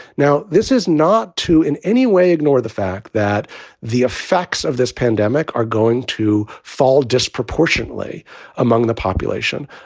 now, this is not to in any way ignore the fact that the effects of this pandemic are going to fall disproportionately among the population.